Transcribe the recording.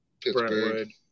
Pittsburgh